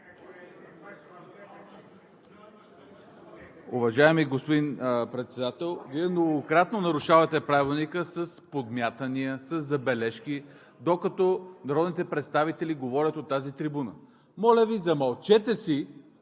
Уважаеми господин Председател, Вие многократно нарушавате Правилника с подмятания, със забележки, докато народните представители говорят от тази трибуна. Моля Ви, замълчете си,